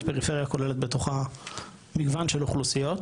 פריפריה כוללת בתוכה מגוון של אוכלוסיות,